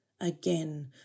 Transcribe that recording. Again